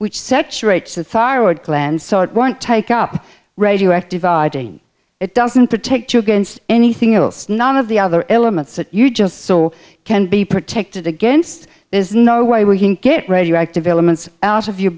sort won't take up radioactive arding it doesn't protect you against anything else none of the other elements that you just saw can be protected against there's no way we can get radioactive elements out of your